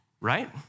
right